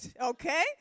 okay